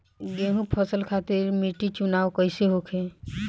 गेंहू फसल खातिर मिट्टी चुनाव कईसे होखे?